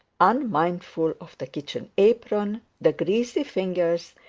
unmindful of the kitchen apron, the greasy fingers,